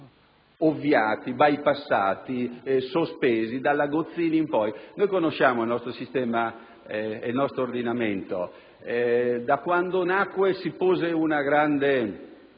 ovviati*,* bypassati, sospesi, dalla legge Gozzini in poi. Noi conosciamo il nostro sistema e il nostro ordinamento. Da quando nacque si pose una grande